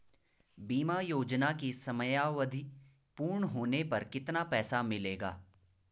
बीमा योजना की समयावधि पूर्ण होने पर कितना पैसा मिलेगा?